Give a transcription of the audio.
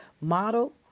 model